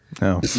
No